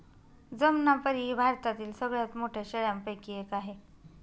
जमनापरी ही भारतातील सगळ्यात मोठ्या शेळ्यांपैकी एक आहे